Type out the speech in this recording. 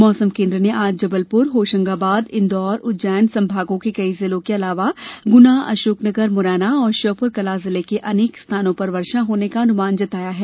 मौसम केन्द्र ने आज जबलपुर होशंगाबाद इन्दौर उज्जैन संभागों के कई जिलों के अलावा गुना अशोकनगर मुरैना और श्योपुरकला जिले के अनेक स्थानों पर वर्षा होने का अनुमान जताया है